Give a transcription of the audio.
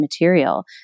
material